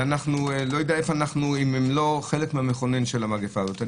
ואני לא יודע אם אנחנו לא חלק מהמכונן של המגפה הזאת.